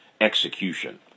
execution